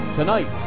Tonight